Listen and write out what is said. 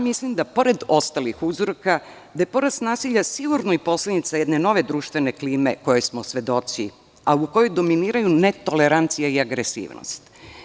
Mislim da pored ostalih uzroka da je porast nasilja sigurno i posledica jedne nove društvene klime koje smo svedoci, a u kojoj dominiraju netolerancija i agresivnost.